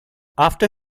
after